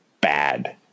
bad